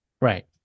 Right